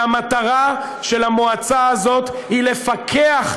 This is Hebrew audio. שהמטרה של המועצה הזאת היא לפקח,